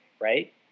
right